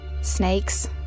Snakes